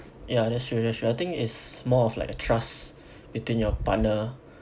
ya that's true that's true I think it's more of like a trust between your partner